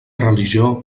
religió